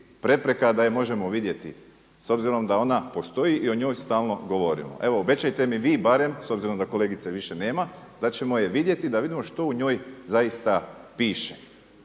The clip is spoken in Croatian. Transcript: prepreka da je možemo vidjeti s obzirom da ona postoji i o njoj stalno govorimo. Evo obećajte mi vi barem s obzirom da kolegice više nema da ćemo je vidjeti, da vidimo što u njoj zaista piše.